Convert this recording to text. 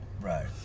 Right